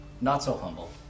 not-so-humble